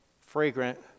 fragrant